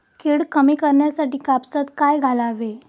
कीड कमी करण्यासाठी कापसात काय घालावे?